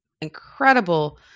incredible